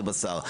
אלה עגלות בשר,